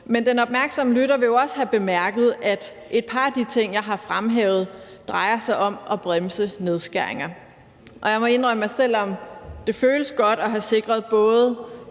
Men den opmærksomme lytter vil jo også have bemærket, at et par af de ting, jeg har fremhævet, drejer sig om at bremse nedskæringer. Og jeg må indrømme, at selv om det føles godt både at have sikret en